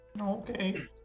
Okay